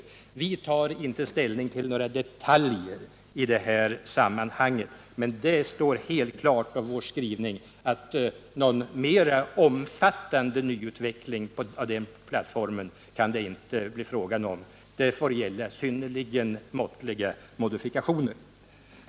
Vi tarinte ställning till några detaljer i detta sammanhang, men det står helt klart av vår skrivning att någon mera omfattande nyutveckling från den plattformen kan det inte bli fråga om. Det får gälla synnerligen måttliga modifikationer.